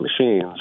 machines